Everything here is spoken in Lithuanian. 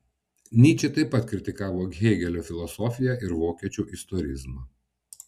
nyčė taip pat kritikavo hėgelio filosofiją ir vokiečių istorizmą